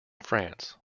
france